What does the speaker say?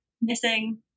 missing